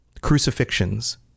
Crucifixions